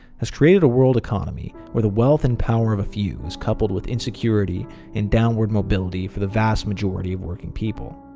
has created a world economy where the wealth and power of a few is coupled with insecurity and downward mobility for the vast majority of working people.